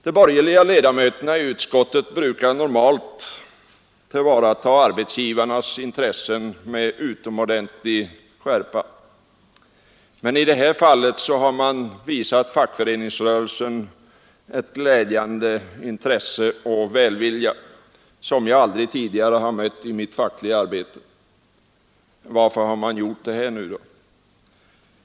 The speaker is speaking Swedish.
De borgerliga ledamöterna i utskottet brukar normalt tillvarata arbetsgivarnas intressen med utomordentlig skärpa, men i det här fallet har de visat fackföreningsrörelsen ett glädjande intresse och en välvilja som jag aldrig tidigare har mött i mitt fackliga arbete. Varför har de gjort det?